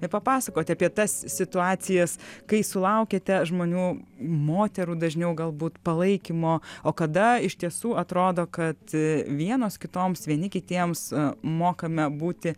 ir papasakoti apie tas situacijas kai sulaukiate žmonių moterų dažniau galbūt palaikymo o kada iš tiesų atrodo kad vienos kitoms vieni kitiems mokame būti